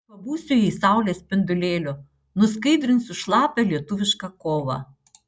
pabūsiu jai saulės spindulėliu nuskaidrinsiu šlapią lietuvišką kovą